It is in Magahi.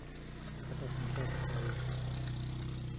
खाता संख्या बताई?